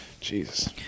Jesus